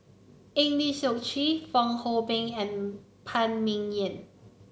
Eng Lee Seok Chee Fong Hoe Beng and Phan Ming Yen